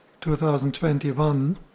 2021